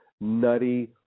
nutty